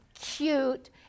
cute